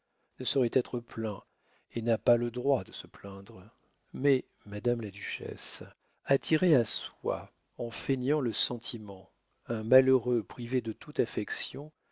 ne saurait être plaint et n'a pas le droit de se plaindre mais madame la duchesse attirer à soi en feignant le sentiment un malheureux privé de toute affection